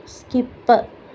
skip